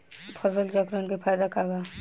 फसल चक्रण के फायदा का बा?